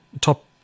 top